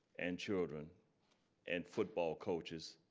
and children and football coaches,